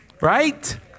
Right